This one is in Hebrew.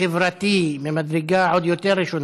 וחברתי ממדרגה עוד יותר ראשונה.